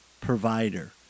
provider